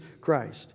Christ